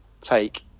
take